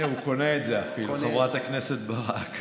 הינה, הוא קונה את זה אפילו, חברת הכנסת ברק.